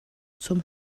zum